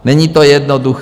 Není to jednoduché.